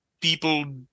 People